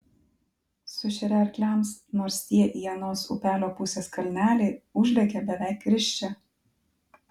sušeria arkliams nors tie į anos upelio pusės kalnelį užlekia beveik risčia